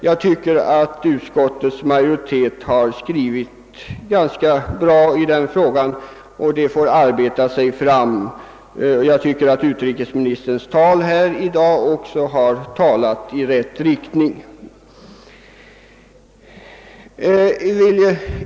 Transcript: Jag tycker nämligen att utskottets majoritet har skrivit ganska tillfredsställande i frågan och även att utrikesministern i sitt tal uttalat sig i positiv riktning i detta avseende.